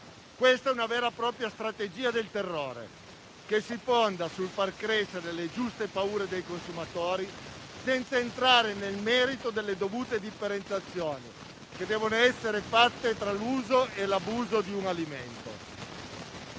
Questa è una vera e propria strategia del terrore che si fonda sul far crescere le giuste paure dei consumatori senza entrare nel merito delle dovute differenziazioni che devono essere fatte fra l'uso e l'abuso di un alimento.